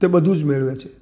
તે બધુંજ મેળવે છે